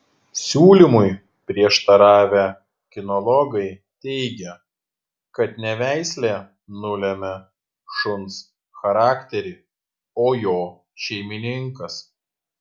siūlymui prieštaravę kinologai teigia kad ne veislė nulemia šuns charakterį o jo šeimininkas